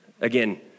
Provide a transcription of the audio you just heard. Again